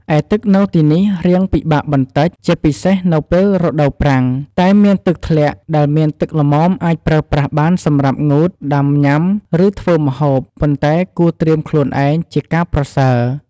ឯទឹកនៅទីនេះ រៀងពិបាកបន្តិចជាពិសេសនៅពេលរដូវប្រាំង តែមានទឹកធ្លាក់ដែលមានទឹកល្មមអាចប្រេីប្រាស់បានសម្រាប់ងូត ដាំញុាំ ឬធ្វេីម្ហូប ប៉ុន្តែគួរត្រៀមខ្លួនឯង ជាការប្រសើរ។